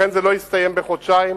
זה לא יסתיים בחודשיים,